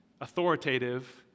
authoritative